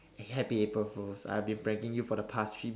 happy April fools I've been parking you for the past three